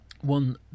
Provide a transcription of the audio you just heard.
one